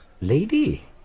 lady